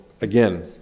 again